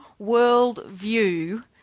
worldview